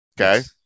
Okay